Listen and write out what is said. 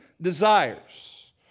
desires